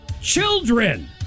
children